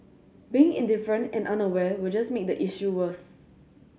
being indifferent and unaware will just make the issue worse